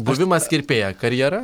buvimas kirpėja karjera